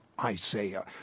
Isaiah